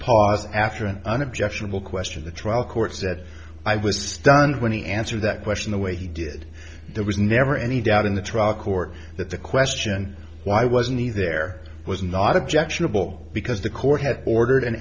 pause after an unobjectionable question the trial court said i was stunned when he answer that question the way he did there was never any doubt in the trial court that the question why wasn't he there was not objectionable because the court had ordered an